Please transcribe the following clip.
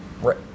Right